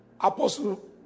Apostle